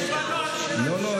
יש בנוהל, לא, לא.